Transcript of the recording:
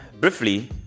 briefly